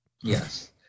Yes